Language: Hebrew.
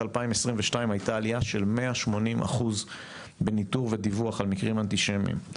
2022 הייתה עלייה של 180% בניטור ודיווח על מקרים אנטישמיים.